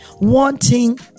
wanting